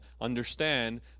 understand